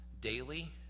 daily